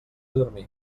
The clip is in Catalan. dormir